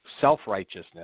self-righteousness